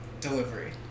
delivery